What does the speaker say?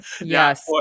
Yes